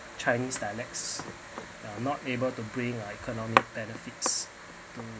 chinese dialects are not able to bring economic benefits to